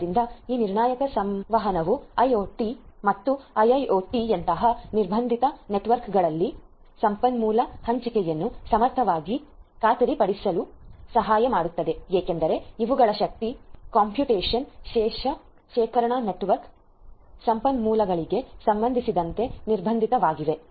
ಆದ್ದರಿಂದ ಈ ನಿರ್ಣಾಯಕ ಸಂವಹನವು ಐಒಟಿ ಮತ್ತು ಐಐಒಟಿIIoTಯಂತಹ ನಿರ್ಬಂಧಿತ ನೆಟ್ವರ್ಕ್ಗಳಲ್ಲಿ ಸಂಪನ್ಮೂಲ ಹಂಚಿಕೆಯನ್ನು ಸಮರ್ಥವಾಗಿ ಖಾತ್ರಿಪಡಿಸಿಕೊಳ್ಳಲು ಸಹಾಯ ಮಾಡುತ್ತದೆ ಏಕೆಂದರೆ ಇವುಗಳು ಶಕ್ತಿ ಕಂಪ್ಯೂಟೇಶನ್ ಶೇಖರಣಾ ನೆಟ್ವರ್ಕ್ ಸಂಪನ್ಮೂಲಗಳಿಗೆ ಸಂಬಂಧಿಸಿದಂತೆ ನಿರ್ಬಂಧಿತವಾಗಿವೆ